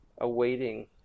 awaiting